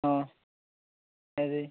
ହଁ ଏ ସେଇ